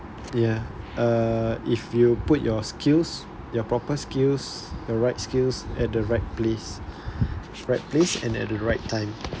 ya uh if you put your skills your proper skills the right skills at the right is right place and at the right time